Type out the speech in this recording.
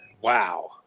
Wow